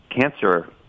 cancer